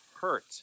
hurt